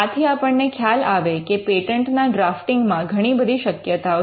આથી આપણને ખ્યાલ આવે કે પેટન્ટના ડ્રાફ્ટિંગ માં ઘણી બધી શક્યતાઓ છે